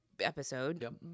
episode